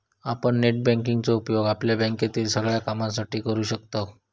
आपण net banking चो उपयोग आपल्या बँकेतील सगळ्या कामांसाठी करू शकतव